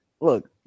Look